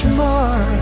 more